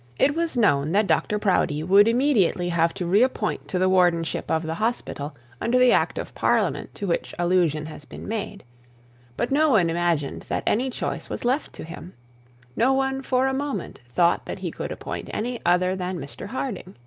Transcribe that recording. it was known that dr proudie would immediately have to reappoint to the wardenship of the hospital under the act of parliament to which allusion has been made but no one imagined that any choice was left to him no one for a moment thought that he could appoint any other than mr harding